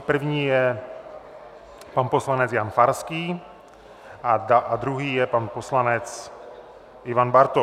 První je pan poslanec Jan Farský a druhý je pan poslanec Ivan Bartoš.